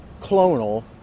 clonal